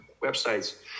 websites